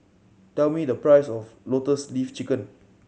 tell me the price of Lotus Leaf Chicken